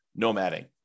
nomading